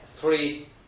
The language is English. three